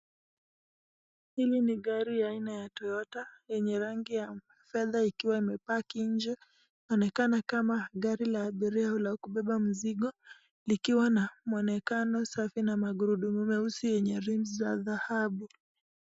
Hili ni gari aina ya Toyota yenye rangi ya fedha ikiwa imepaki nje. Inaonekana kama gari la abiria au la kubeba mzigo likiwa na mwonekano safi na magurudumu meusi yenye rimu za dhahabu.